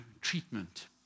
treatment